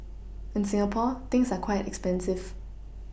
in Singapore things are quite expensive